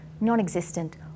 non-existent